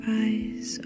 eyes